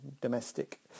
domestic